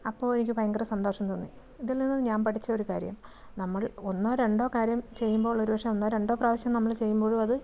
അപ്പോൾ എനിക്ക് ഭയങ്കര സന്തോഷം തോന്നി ഇതിൽനിന്നും ഞാൻ പഠിച്ചൊരു കാര്യം നമ്മൾ ഒന്നോ രണ്ടോ കാര്യം ചെയ്യുമ്പോൾ ഒരുപക്ഷേ ഒന്നോ രണ്ടോ പ്രാവശ്യം നമ്മൾ ചെയ്യുമ്പോഴും അത്